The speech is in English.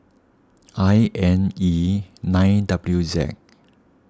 I N E nine W Z